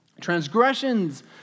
Transgressions